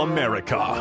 America